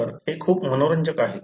तर हे खूप मनोरंजक आहे